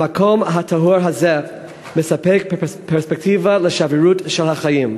המקום הטהור הזה מספק פרספקטיבה לשבריריות של החיים.